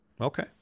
Okay